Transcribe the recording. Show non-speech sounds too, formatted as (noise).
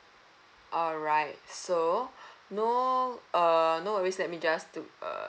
alright so (breath) no uh err